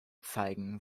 zeigen